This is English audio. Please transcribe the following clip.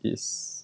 is